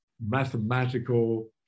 mathematical